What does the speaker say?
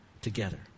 together